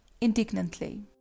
Indignantly